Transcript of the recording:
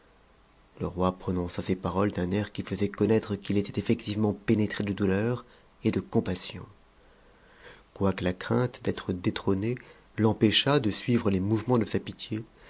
le roi prononça ces paroles d'un air qui faisait connattre qu'il était effectivement pénétré de douleur et de compassion quoique la crainte d'être jëtrôné l'empêchât de suivre les mouvements de sa pitié